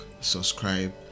subscribe